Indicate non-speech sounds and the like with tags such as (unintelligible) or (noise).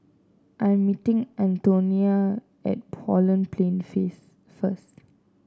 I am meeting Antonina at Holland Plain (unintelligible) first